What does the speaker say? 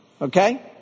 okay